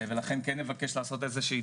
בואו נשים דברים על דיוקם.